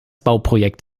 bauprojekt